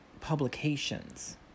publications